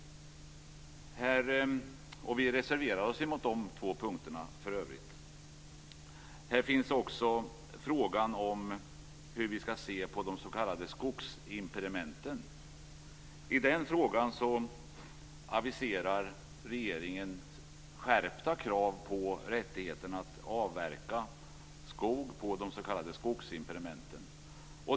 Vi moderater reserverar oss mot de två punkterna. Här finns också frågan om hur vi skall se på de s.k. skogsimpedimenten. I den frågan aviserar regeringen skärpta krav på rättigheten att avverka skog på de s.k. skogsimpedimenten.